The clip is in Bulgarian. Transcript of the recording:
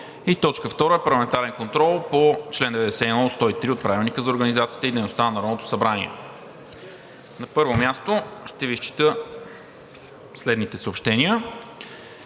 блицконтрол. 2. Парламентарен контрол по чл. 91 – 103 от Правилника за организацията и дейността на Народното събрание." На първо място ще Ви изчета следните съобщения: